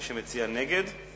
מי שמצביע נגד,